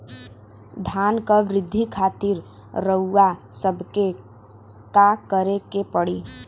धान क वृद्धि खातिर रउआ सबके का करे के पड़ी?